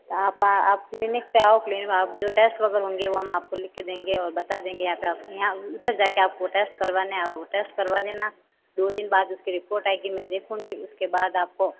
आप आप क्लिनिक पे आओ क्लिनिक पे आप जो टेस्ट वगैरह होंगे वो हम आपको लिख के देंगे और बता देंगे आप अपने यहाँ उधर जाके आपको वो टेस्ट करवाने है और वो टेस्ट करवा देना दो दिन बाद उसकी रिपोर्ट आएगी मैं देखूँगी उसके बाद आपको